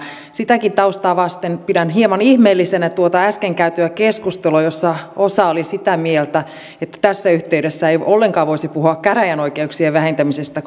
sitäkin taustaa vasten pidän hieman ihmeellisenä tuota äsken käytyä keskustelua jossa osa oli sitä mieltä että tässä yhteydessä ei ollenkaan voisi puhua käräjäoikeuksien vähentämisestä